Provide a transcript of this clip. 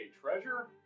treasure